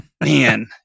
Man